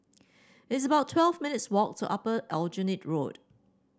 it's about twelve minutes' walk to Upper Aljunied Road